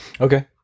Okay